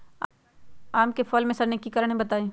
आम क फल म सरने कि कारण हई बताई?